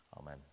Amen